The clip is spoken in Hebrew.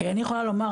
אני יכולה לומר,